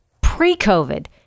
Pre-COVID